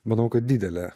manau kad didelė